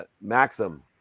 Maxim